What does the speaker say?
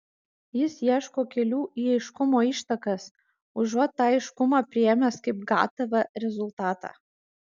jis ieško kelių į aiškumo ištakas užuot tą aiškumą priėmęs kaip gatavą rezultatą